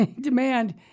demand